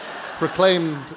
proclaimed